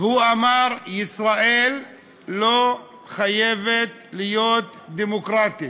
והוא אמר: ישראל לא חייבת להיות דמוקרטית.